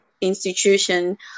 institution